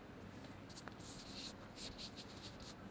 so